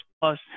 plus